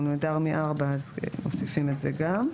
אז מוסיפים את זה גם.